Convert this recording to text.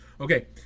Okay